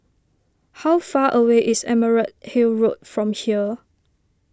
how far away is Emerald Hill Road from here